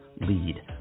lead